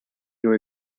your